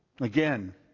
Again